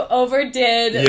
overdid